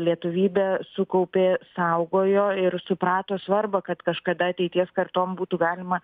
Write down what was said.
lietuvybę sukaupė saugojo ir suprato svarbą kad kažkada ateities kartom būtų galima